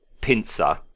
pincer